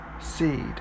seed